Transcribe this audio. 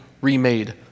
remade